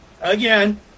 Again